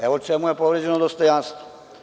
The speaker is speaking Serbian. Evo u čemu je povređeno dostojanstvo.